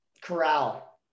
corral